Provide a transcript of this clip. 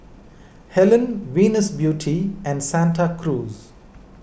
Helen Venus Beauty and Santa Cruz